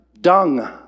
dung